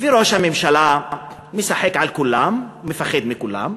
וראש הממשלה משחק על כולם, מפחד מכולם,